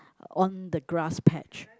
on the grass patch